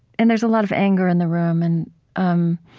and there's a lot of anger in the room. and um